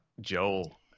Joel